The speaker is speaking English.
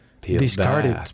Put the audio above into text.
discarded